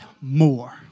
more